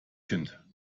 kind